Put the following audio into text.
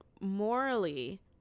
morally